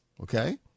okay